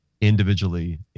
individually